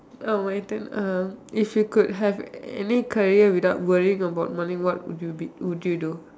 oh my turn um if you could have any career without worrying about money what be what would you do